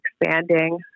expanding